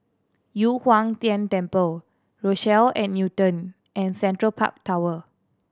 Yu Huang Tian Temple Rochelle at Newton and Central Park Tower